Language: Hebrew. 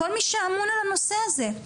כל מי שאמון על הנושא הזה.